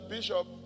Bishop